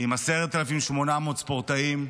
עם 10,800 ספורטאים.